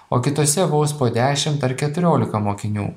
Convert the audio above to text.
o kitose vos po dešimt ar keturiolika mokinių